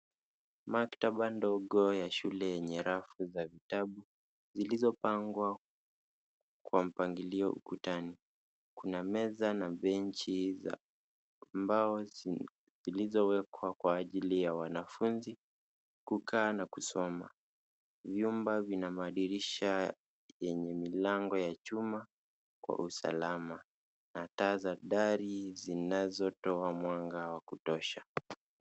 Makaba dogo ya shule yenye rafu za vitabu zilizopagwa kwa mpagilio ukutani kuna meza na [bechi] za bao zilizowekwa kwa ajili ya wanafunzi kukaa na kusoma. Vyumba vinamadirisha yenye milago ya chuma kwa usalama na taa za dari zinatoa mwanga wa kutosha.